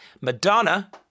Madonna